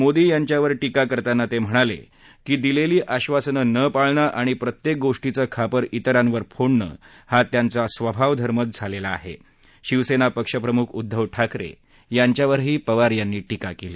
मोदी यांच्यावर टीका करताना तक्रिणालक्री दिलसी आश्वासनं नं पाळणं आणि प्रत्यक्तिगोष्टीचं खापर तिरांवर फोडणं हा त्यांचा स्वभावधर्मच झालक्ती आहाशिवसत्ति पक्षप्रमुख उद्दव ठाकरव्रिांच्यावरही पवार यांनी टीका कली